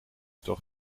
toch